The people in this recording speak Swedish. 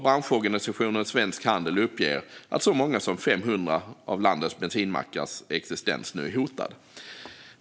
Branschorganisationen Svensk Bensinhandel uppger att så många som 500 av landets bensinmackars existens nu är hotad.